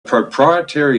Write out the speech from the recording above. proprietary